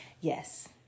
Yes